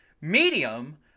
medium